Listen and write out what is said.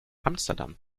amsterdam